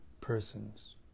persons